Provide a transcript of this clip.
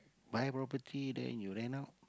buy property then you rent out